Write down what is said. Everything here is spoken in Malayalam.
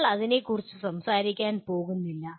ഞങ്ങൾ അതിനെക്കുറിച്ച് സംസാരിക്കാൻ പോകുന്നില്ല